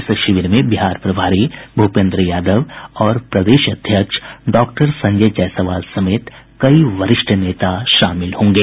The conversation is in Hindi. इस शिविर में बिहार प्रभारी भूपेन्द्र यादव और प्रदेश अध्यक्ष डॉक्टर संजय जायसवाल समेत कई वरिष्ठ नेता शामिल होंगे